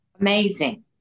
amazing